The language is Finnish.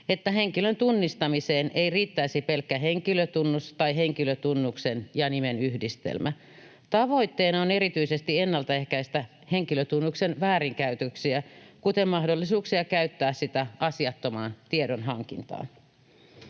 että henkilön tunnistamiseen ei riittäisi pelkkä henkilötunnus tai henkilötunnuksen ja nimen yhdistelmä. Tavoitteena on erityisesti ennaltaehkäistä henkilötunnuksen väärinkäytöksiä, kuten mahdollisuuksia käyttää sitä asiattomaan tiedonhankintaan.